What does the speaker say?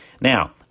Now